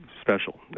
special